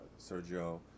sergio